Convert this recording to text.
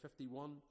51